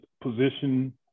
position